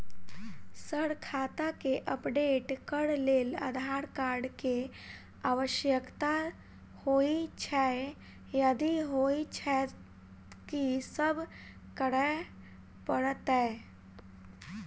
Sir खाता केँ update करऽ लेल आधार कार्ड केँ आवश्यकता होइ छैय यदि होइ छैथ की सब करैपरतैय?